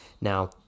Now